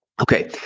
Okay